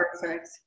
Perfect